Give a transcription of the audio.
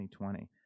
2020